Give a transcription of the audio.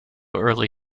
early